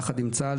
יחד עם צה"ל,